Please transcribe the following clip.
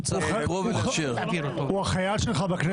הוא החייל שלך בכנסת.